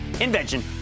invention